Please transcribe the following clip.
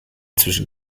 zwischen